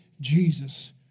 Jesus